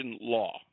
law